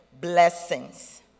blessings